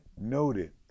noted